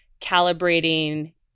calibrating